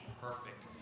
perfect